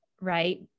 right